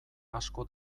asko